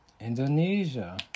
Indonesia